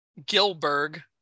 gilberg